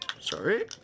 Sorry